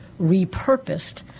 repurposed